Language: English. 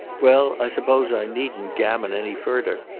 well i suppose i needn't gammon any furder.